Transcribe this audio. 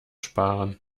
sparen